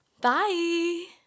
Bye